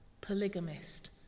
polygamist